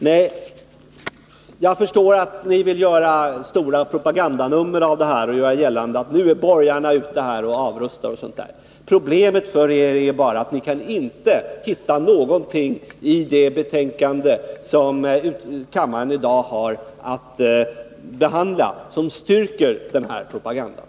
Nej, jag förstår att ni vill göra ett stort propagandanummer av detta och göra gällande att nu är borgarna ute och avrustar. Problemet för er är bara att ni inte kan hitta någonting i det betänkande som kammaren i dag har att behandla som styrker den propagandan.